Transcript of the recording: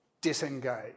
disengage